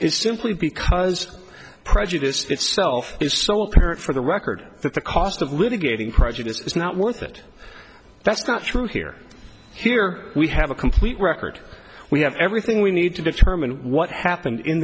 is simply because prejudice itself is so apparent for the record that the cost of litigating prejudice is not worth it that's not true here here we have a complete record we have everything we need to determine what happened in